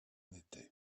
n’était